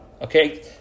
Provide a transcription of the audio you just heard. Okay